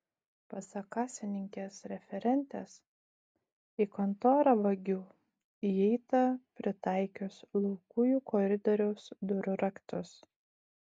pasak kasininkės referentės į kontorą vagių įeita pritaikius laukujų koridoriaus durų raktus